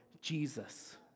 Jesus